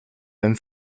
beim